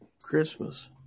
Christmas